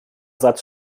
satz